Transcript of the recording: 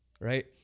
right